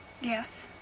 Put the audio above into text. yes